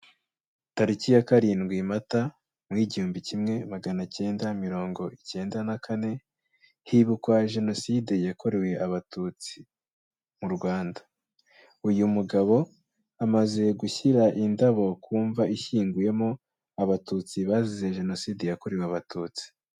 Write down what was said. Tariki ya karindwi Mata mu w'igihumbi kimwe maganakenda mirongo ikenda na kane, hibukwa jenoside yakorewe abatutsi mu Rwanda, uyu mugabo amaze gushyira indabo ku mva ishyinguyemo abatutsi bazize jenoside yakorewe abatutsi.